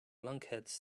lunkheads